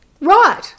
right